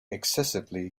excessively